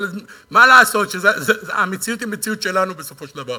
אבל מה לעשות שהמציאות היא מציאות שלנו בסופו של דבר.